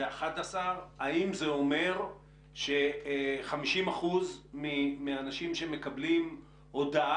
זה 11. האם זה אומר ש-50% מאנשים שמקבלים הודעה